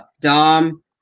Dom